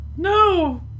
No